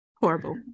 horrible